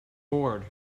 bored